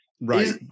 Right